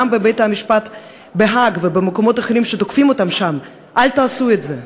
גם בבית-המשפט בהאג ובמקומות אחרים שתוקפים אותם שם: אל תעשו את זה.